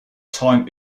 time